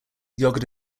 yogurt